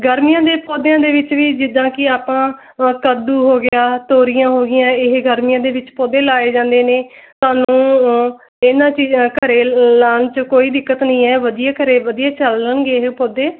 ਗਰਮੀਆਂ ਦੇ ਪੌਦਿਆਂ ਦੇ ਵਿੱਚ ਵੀ ਜਿੱਦਾਂ ਕਿ ਆਪਾਂ ਕੱਦੂ ਹੋ ਗਿਆ ਤੌਰੀਆਂ ਹੋ ਗਈਆਂ ਇਹ ਗਰਮੀਆਂ ਦੇ ਵਿੱਚ ਪੌਦੇ ਲਾਏ ਜਾਂਦੇ ਨੇ ਤੁਹਾਨੂੰ ਇਹਨਾਂ ਚੀਜ਼ਾਂ ਘਰੇ ਲਗਾਉਣ 'ਚ ਕੋਈ ਦਿੱਕਤ ਨਹੀਂ ਹੈ ਵਧੀਆ ਘਰੇ ਵਧੀਆ ਚੱਲਣਗੇ ਇਹ ਪੌਦੇ